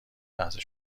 لحظه